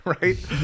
right